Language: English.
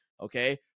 Okay